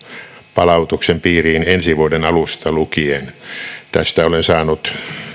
palautuksen piiriin ensi vuoden alusta lukien tästä olen saanut